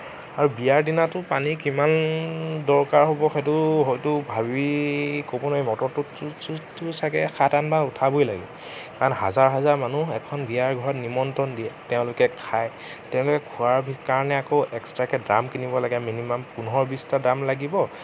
আৰু বিয়াৰ দিনাটো পানী কিমান দৰকাৰ হ'ব সেইটো হয়তু ভাবি ক'ব নোৱাৰিম মটৰটো চাগে সাত আঠবাৰ উঠাবই লাগে কাৰণ হাজাৰ হাজাৰ মানুহ এখন বিয়াঘৰত নিমন্ত্ৰণ দিয়ে তেওঁলোকে খায় তেওঁলোকে খোৱাৰ কাৰণে আকৌ এক্সট্ৰাকে ড্ৰাম কিনিব লাগে মিনিমাম পোন্ধৰ বিশটা ড্ৰাম লাগিব